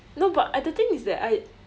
no but I the thing is that I